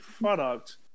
product